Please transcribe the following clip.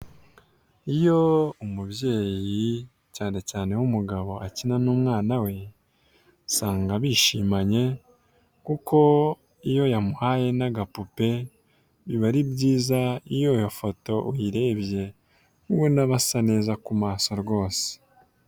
Iyo umubyeyi cyane cyane w'umugabo akina n'umwana we, usanga bishimanye kuko iyo yamuhaye n'agapupe biba ari byiza iyo iyo foto uyirebye, uba ubona basa neza ku maso rwose.